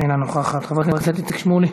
אינה נוכחת, חבר הכנסת איציק שמולי,